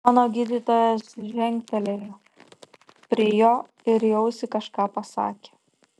mano gydytojas žengtelėjo prie jo ir į ausį kažką pasakė